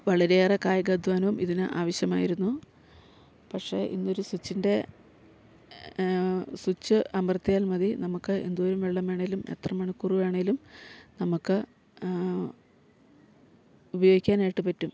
വളരെയേറെ കായിക അധ്വാനവും ഇതിന് ആവശ്യമായിരുന്നു പക്ഷെ ഇന്നൊരു സ്വിച്ചിൻ്റെ സ്വിച്ച് അമർത്തിയാൽ മതി നമുക്ക് എന്തോരം വെള്ളം വേണേലും എത്ര മണിക്കൂറ് വേണേലും നമുക്ക് ഉപയോഗിക്കാനായിട്ട് പറ്റും